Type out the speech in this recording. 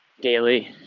Daily